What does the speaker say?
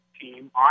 team